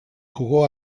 jugó